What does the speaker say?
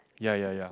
ya ya ya